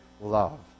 love